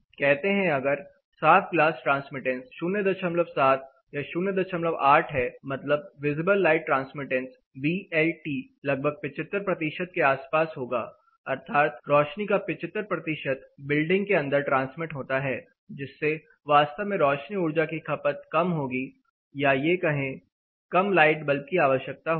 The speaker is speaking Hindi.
कहते हैं अगर साफ ग्लास ट्रांसमिटेंस 07 या 08 है मतलब visible light transmittance V L T लगभग 75 के आसपास होगा अर्थात रोशनी का 75 बिल्डिंग के अंदर ट्रांसमिट होता हैजिससे वास्तव में रोशनी ऊर्जा की खपत कम होगी या यह कहे कम लाइट बल्ब की आवश्यकता होगी